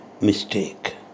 mistake